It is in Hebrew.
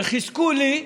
וחיזקו לי,